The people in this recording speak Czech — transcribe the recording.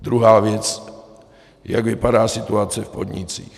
Druhá věc, jak vypadá situace v podnicích.